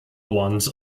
ones